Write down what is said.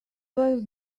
was